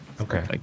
Okay